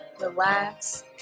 relax